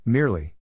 Merely